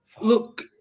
Look